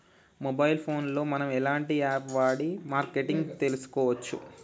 Mobile phone లో మనం ఎలాంటి యాప్ వాడి మార్కెటింగ్ తెలుసుకోవచ్చు?